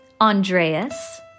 Andreas